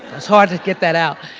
it's hard to get that out.